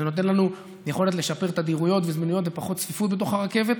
זה נותן לנו יכולת לשפר תדירויות וזמינויות ופחות צפיפות בתוך הרכבת.